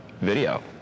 Video